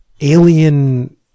alien